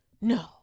No